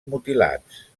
mutilats